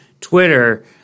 Twitter